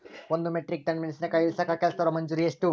ಒಂದ್ metric tonne ಮೆಣಸಿನಕಾಯಿ ಇಳಸಾಕ್ ಕೆಲಸ್ದವರ ಮಜೂರಿ ಎಷ್ಟ?